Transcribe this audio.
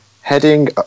heading